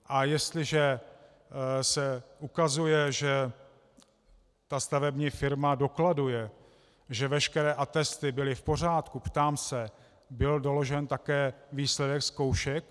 A jestliže se ukazuje, že ta stavební firma dokladuje, že veškeré atesty byly v pořádku, ptám se: Byl doložen také výsledek zkoušek?